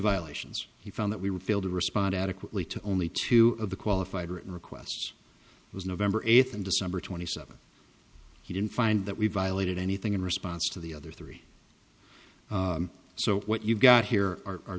violations he found that we would fail to respond adequately to only two of the qualified written requests was november eighth and december twenty seventh he didn't find that we violated anything in response to the other three so what you've got here are